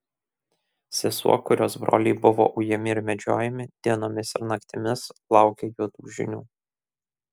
sesuo kurios broliai buvo ujami ir medžiojami dienomis ir naktimis laukė juodų žinių